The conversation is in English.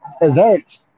Event